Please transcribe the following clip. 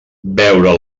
veure